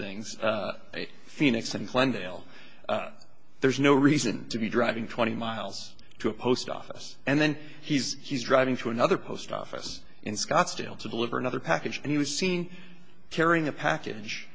things phoenix and glendale there's no reason to be driving twenty miles to a post office and then he's he's driving to another post office in scottsdale to deliver another package and he was seen carrying a package